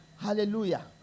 Hallelujah